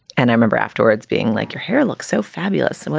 and i remember afterwards being like, your hair looks so fabulous. i'm ah